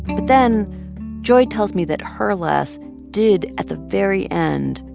but then joy tells me that her les did, at the very end,